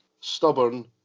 stubborn